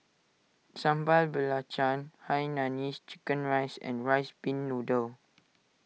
Sambal Belacan Hainanese Chicken Rice and Rice Pin Noodles